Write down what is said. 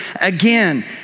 again